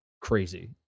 crazy